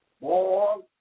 born